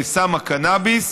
בסם הקנאביס,